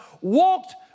walked